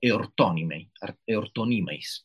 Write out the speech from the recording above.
itonimai ar irtonimais